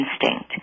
instinct